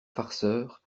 farceurs